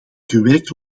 gewerkt